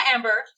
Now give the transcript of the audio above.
Amber